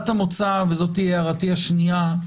הערתי השנייה,